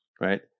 Right